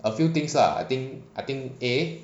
a few things lah I think I think a